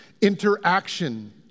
interaction